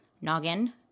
noggin